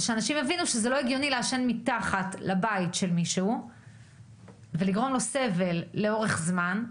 שיבינו שזה לא הגיוני לעשן מתחת לבית של מישהו ולגרום לו סבל לאורך זמן,